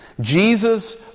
Jesus